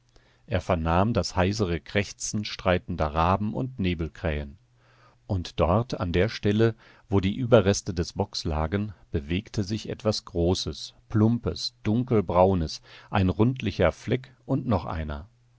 er vernahm das heisere krächzen streitender raben und nebelkrähen und dort an der stelle wo die überreste des bocks lagen bewegte sich etwas großes plumpes dunkelbraunes ein rundlicher fleck und noch einer